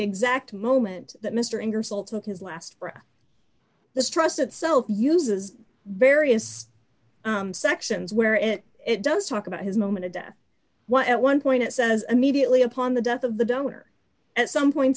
exact moment that mr ingersoll took his last breath the stress itself uses various sections where it it does talk about his moment of death what at one point it says immediately upon the death of the donor at some points